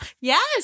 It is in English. Yes